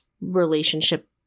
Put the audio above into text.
relationship